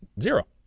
Zero